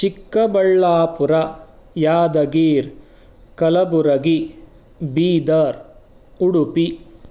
Chikkaballapura Yadgir Kalaburagi Bidar Udupi